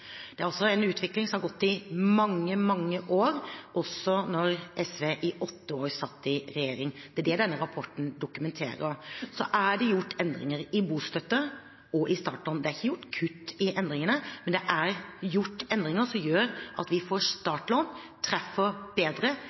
Det er altså en utvikling som har gått over mange, mange år, også da SV i åtte år satt i regjering. Det er det denne rapporten dokumenterer. Så er det gjort endringer i bostøtte og i startlån. Det er ikke gjort kutt i endringene, men det er gjort endringer som gjør at startlån treffer bedre